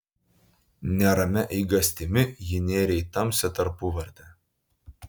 neramia eigastimi ji nėrė į tamsią tarpuvartę